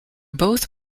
both